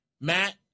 Matt